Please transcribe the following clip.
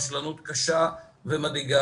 רוב התקציב הלך להאכיל קשישים אבל האכילו 18,000 ילדים.